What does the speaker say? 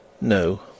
No